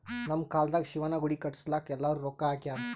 ನಮ್ ಕಾಲ್ದಾಗ ಶಿವನ ಗುಡಿ ಕಟುಸ್ಲಾಕ್ ಎಲ್ಲಾರೂ ರೊಕ್ಕಾ ಹಾಕ್ಯಾರ್